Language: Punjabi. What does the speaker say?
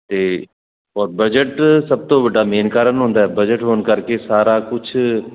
ਬਜਟ ਸਭ ਤੋਂ ਵੱਡਾ ਮੇਨ ਕਾਰਨ ਹੁੰਦਾ ਬਜਟ ਹੋਣ ਕਰਕੇ ਸਾਰਾ ਕੁਝ